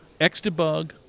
XDebug